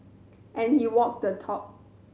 and he walked the talk